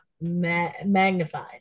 magnified